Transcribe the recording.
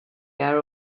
were